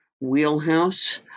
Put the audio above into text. wheelhouse